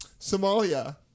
Somalia